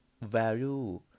value